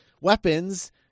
weapons